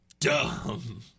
Dumb